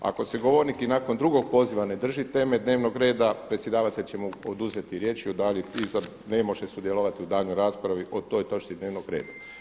Ako se govornik i nakon drugog poziva ne drži teme dnevnog reda predsjedavatelj će mu oduzeti riječ i ne može sudjelovati u daljnjoj raspravi o toj točci dnevnog reda.